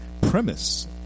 premise